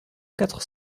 quatre